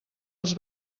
els